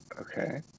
Okay